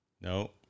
no